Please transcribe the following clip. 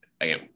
again